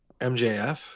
MJF